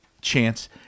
Chance